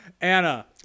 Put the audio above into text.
Anna